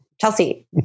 Chelsea